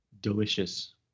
delicious